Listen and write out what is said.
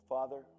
Father